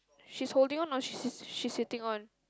she's holding on or she she's sitting on